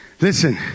Listen